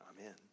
Amen